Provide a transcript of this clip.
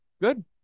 Good